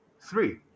three